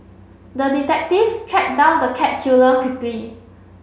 the detective tracked down the cat killer quickly